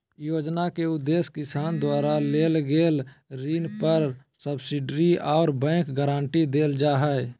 योजना के उदेश्य किसान द्वारा लेल गेल ऋण पर सब्सिडी आर बैंक गारंटी देल जा हई